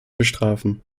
bestrafen